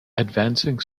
advancing